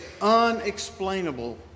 unexplainable